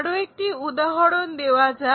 আরো একটি উদাহরণ দেওয়া যাক